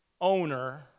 owner